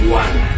one